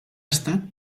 estat